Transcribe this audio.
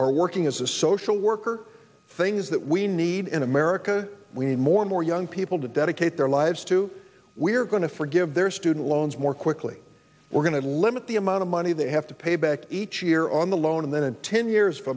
or working as a social worker things that we need in america we need more and more young people to dedicate their lives to we're going to forgive their student loans more quickly we're going to limit the amount of money they have to pay back each year on the loan and then in ten years